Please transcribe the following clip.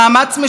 מנוול,